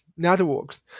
networks